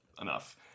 enough